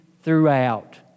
throughout